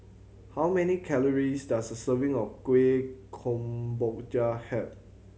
how many calories does a serving of Kueh Kemboja have